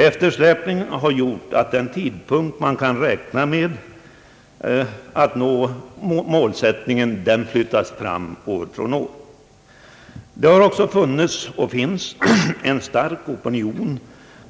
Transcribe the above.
Eftersläpningen har gjort att den tidpunkt då man kan räkna med att nå målsättningen flyttas fram år från år. Det har också funnits och finns en stark opinion